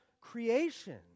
creation